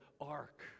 ark